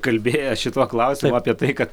kalbėję šituo klausimu apie tai kad